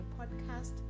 podcast